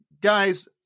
Guys